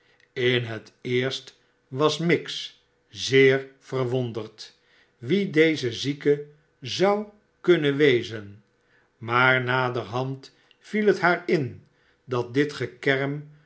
in het eerst was miggs zeer verwonderd wie deze zieke zou kunnen wezen maar naderhand viel het haar in dat dit gekerm